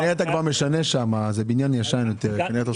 אם אתה כבר משנה שם, זה בניין ישן יותר, אתה עושה